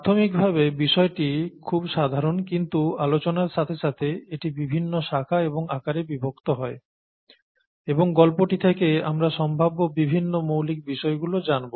প্রাথমিকভাবে বিষয়টি খুব সাধারন কিন্তু আলোচনার সাথে সাথে এটি বিভিন্ন শাখা এবং আকারে বিভক্ত হয় এবং গল্পটি থেকে আমরা সম্ভাব্য বিভিন্ন মৌলিক বিষয়গুলো জানব